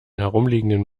herumliegenden